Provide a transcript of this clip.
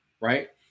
right